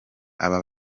aba